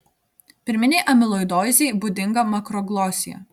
pirminei amiloidozei būdinga makroglosija